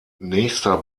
nächster